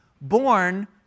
born